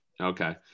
okay